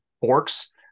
forks